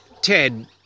Ted